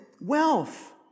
wealth